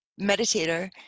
meditator